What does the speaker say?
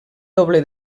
doble